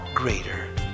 greater